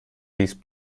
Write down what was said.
these